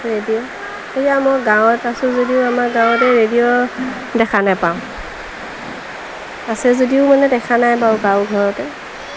radio এতিয়া মই গাঁৱত আছোঁ যদিও আমাৰ গাঁৱতে ৰেডিঅ' দেখা নাপাওঁ আছে যদিও মানে দেখা নাই বাৰু গাঁও ঘৰতে